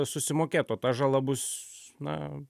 susimokėt o ta žala bus na